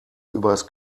übers